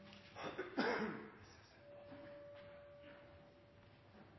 hadde